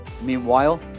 Meanwhile